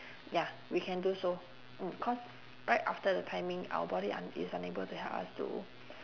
ya we can do so mm cause right after the timing our body un~ is unable to help us to